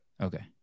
okay